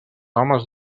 homes